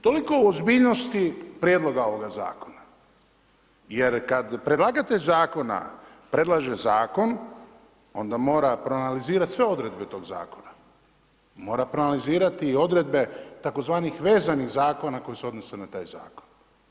Toliko o ozbiljnosti prijedloga ovoga zakona. jer kada predlagatelj zakona predlaže zakon onda mora proanalizirati sve odredbe toga zakona, mora proanalizirati odredbe tzv. vezanih zakona koji se odnose na taj zakon.